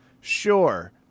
Sure